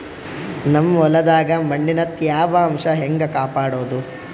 ನಮ್ ಹೊಲದಾಗ ಮಣ್ಣಿನ ತ್ಯಾವಾಂಶ ಹೆಂಗ ಕಾಪಾಡೋದು?